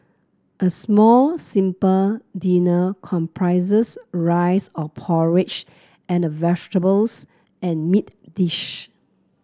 a small simple dinner comprising rice or porridge and a vegetables and meat dish